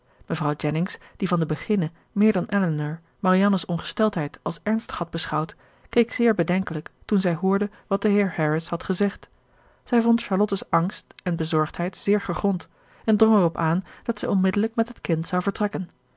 mevrouw jennings die van den beginne meer dan elinor marianne's ongesteldheid als ernstig had beschouwd keek zeer bedenkelijk toen zij hoorde wat de heer harris had gezegd zij vond charlotte's angst en bezorgdheid zeer gegrond en drong erop aan dat zij onmiddellijk met het kind zou vertrekken